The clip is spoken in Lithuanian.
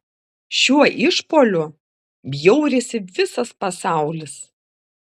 šiuo išpuoliu bjaurisi visas pasaulis